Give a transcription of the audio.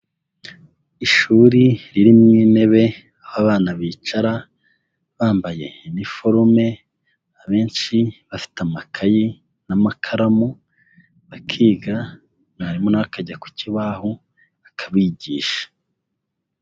Ishuri riri mu intebe, abana bicara. Bambaye iniforume, abenshi, bafite amakayi, n'amakaramu, bakiga, mwarimu na we akajya ku kibaho, akabigisha.